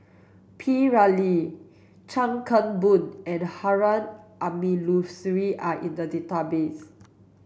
P Ramlee Chuan Keng Boon and Harun Aminurrashid are in the database